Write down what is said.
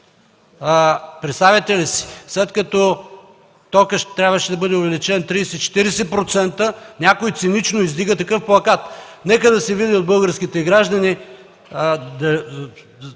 Представяте ли си?! След като токът трябваше да бъде увеличен 30-40%, някой цинично издига такъв плакат. Нека да се види от българските граждани дали